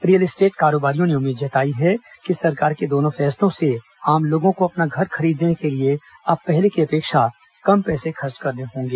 real estate कारोबारियों ने उम्मीद जताई है कि सरकार के दोनों फैसलों से आम लोगों को अपना घर खरीदने के लिए अब पहले की अपेक्षा कम पैसे खर्च करने होंगे